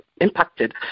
impacted